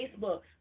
Facebook